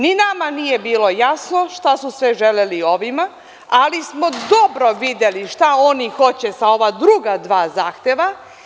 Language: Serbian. Ni nama nije bilo jasno šta su sve želeli ovim, ali smo dobro videli šta oni hoće sa ova druga dva zahteva.